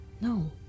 No